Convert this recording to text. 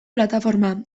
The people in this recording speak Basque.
plataforma